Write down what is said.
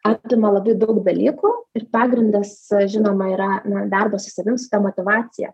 apima labai daug dalykų ir pagrindas žinoma yra na darbas su savim su ta motyvacija